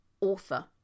author